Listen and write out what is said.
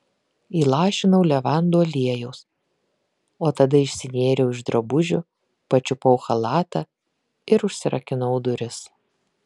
įlašinau levandų aliejaus o tada išsinėriau iš drabužių pačiupau chalatą ir užsirakinau duris